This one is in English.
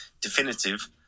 definitive